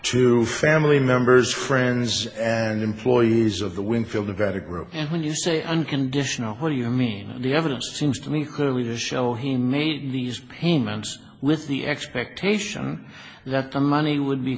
to family members friends and employees of the winfield the vatican and when you say unconditional what do you mean the evidence seems to me clearly the show he made these payments with the expectation that the money would be